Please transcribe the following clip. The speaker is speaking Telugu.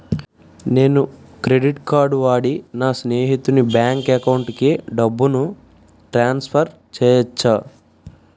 నేను క్రెడిట్ కార్డ్ వాడి నా స్నేహితుని బ్యాంక్ అకౌంట్ కి డబ్బును ట్రాన్సఫర్ చేయచ్చా?